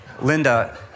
Linda